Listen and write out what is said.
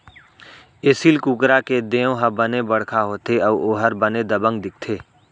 एसील कुकरा के देंव ह बने बड़का होथे अउ ओहर बने दबंग दिखथे